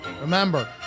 Remember